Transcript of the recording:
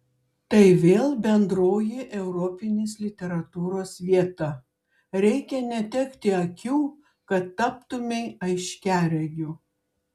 tai vėl bendroji europinės literatūros vieta reikia netekti akių kad taptumei aiškiaregiu